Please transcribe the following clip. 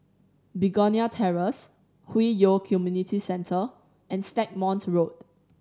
Begonia Terrace Hwi Yoh Community Centre and Stagmont Road